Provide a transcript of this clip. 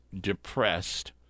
depressed